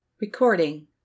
Recording